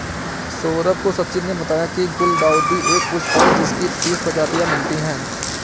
सौरभ को सचिन ने बताया की गुलदाउदी एक पुष्प है जिसकी तीस प्रजातियां मिलती है